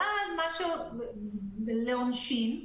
ואז אומרים: